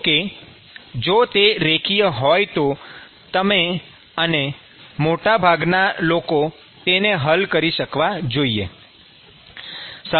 જો કે જો તે રેખીય હોય તો તમે અને મોટાભાગના લોકો તેને હલ કરી શકવા જોઈએ